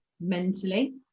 mentally